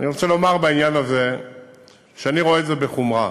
אני רוצה לומר בעניין הזה שאני רואה את זה בחומרה.